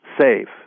save